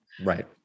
Right